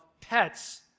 pets